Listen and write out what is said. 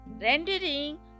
rendering